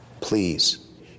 Please